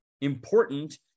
important